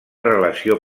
relació